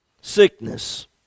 sickness